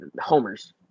Homer's